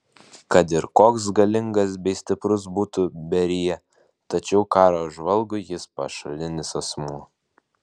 kad ir koks galingas bei stiprus būtų berija tačiau karo žvalgui jis pašalinis asmuo